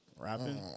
rapping